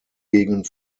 gegen